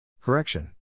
Correction